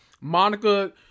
Monica